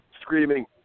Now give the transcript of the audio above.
screaming